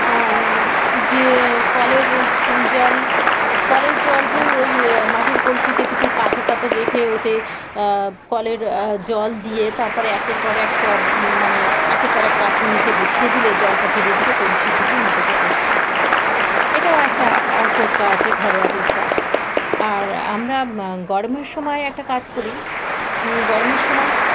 যে কলের জল কলের জল তো ওই মাটির কলসিতে কিছু পাথর টাথর রেখে ওতে কলের জল দিয়ে তারপরে একের পর এক টব মানে একের পর এক পাত্র নিচে বসিয়ে দিলে জলটা ধীরে ধীরে পরিশুদ্ধ হয়ে নিচেতে পড়তে থাকে এটাও একটা টোটকা আছে ঘরোয়া টোটকা আর আমরা গরমের সময় একটা কাজ করি গরমের সময়